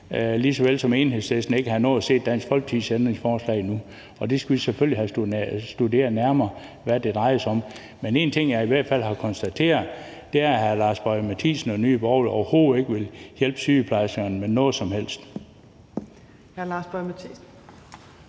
lige så vel som Enhedslisten ikke har nået at se Dansk Folkepartis ændringsforslag endnu. Det skal vi selvfølgelig have studeret nærmere, altså hvad det drejer sig om. Men én ting, jeg i hvert fald har konstateret, er, at hr. Lars Boje Mathiesen og Nye Borgerlige overhovedet ikke vil hjælpe sygeplejerskerne med noget som helst.